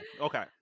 okay